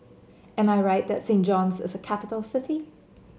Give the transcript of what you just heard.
am I right that Saint John's is a capital city